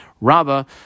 Rabba